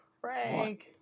Frank